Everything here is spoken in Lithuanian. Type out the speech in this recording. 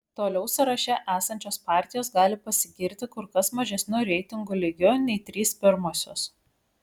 toliau sąraše esančios partijos gali pasigirti kur kas mažesniu reitingų lygiu nei trys pirmosios